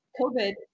COVID